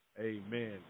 Amen